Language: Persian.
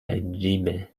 عجیبه